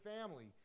family